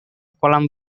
kolam